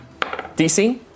DC